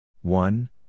One